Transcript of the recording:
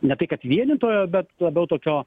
ne tai kad vienytojo bet labiau tokio